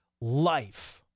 life